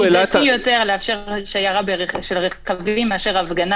מידתי יותר לאפשר שיירה של רכבים מאשר הפגנה